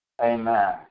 Amen